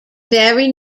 very